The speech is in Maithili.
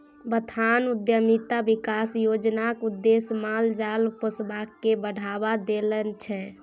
बथान उद्यमिता बिकास योजनाक उद्देश्य माल जाल पोसब केँ बढ़ाबा देनाइ छै